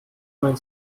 mein